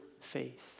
faith